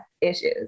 issues